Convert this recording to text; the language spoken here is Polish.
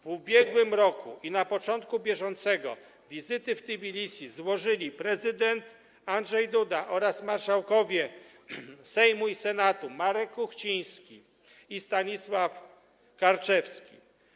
W ubiegłym roku i na początku roku bieżącego wizyty w Tbilisi złożyli prezydent Andrzej Duda oraz marszałkowie Sejmu i Senatu, Marek Kuchciński i Stanisław Karczewski.